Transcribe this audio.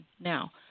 Now